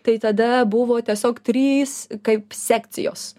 tai tada buvo tiesiog trys kaip sekcijos